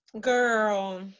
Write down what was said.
Girl